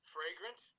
Fragrant